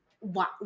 Wow